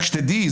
רק שתדעי,